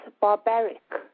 barbaric